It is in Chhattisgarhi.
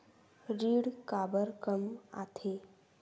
ऋण काबर कम आथे?